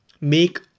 make